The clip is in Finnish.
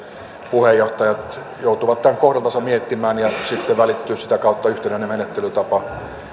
puheenjohtajat joutuvat tämän kohdaltansa miettimään ja sitten välittyy sitä kautta yhtenäinen menettelytapa